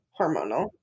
hormonal